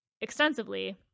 extensively